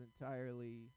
entirely